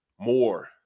more